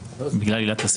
בגלל עילת הסבירות.